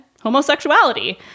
homosexuality